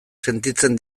sentitzen